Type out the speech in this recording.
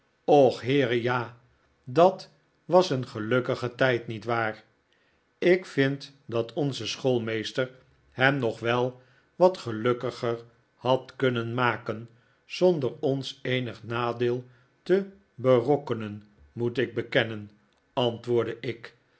och heere ja dat was een gelukkige tijd niet waar ik vind dat onze schoolmeester hem nog wel wat gelukkiger had kunnen maken zonder ons eenip nadeel te berokkenen moet ik bekennen antwoordde ik